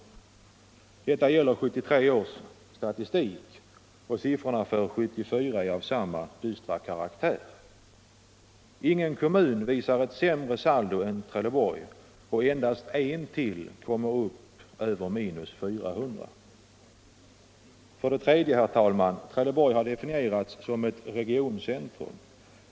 Siffrorna är hämtade från 1973 års statistik, och för 1974 är de av samma dystra karaktär. Ingen kommun visar för 1973 ett sämre saldo än Trelleborg och endast ytterligare en kommun kommer över minus 400. 3. Trelleborg har definierats som ett regioncentrum.